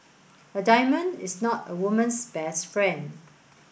a diamond is not a woman's best friend